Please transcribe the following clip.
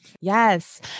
Yes